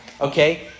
okay